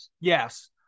Yes